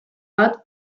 bat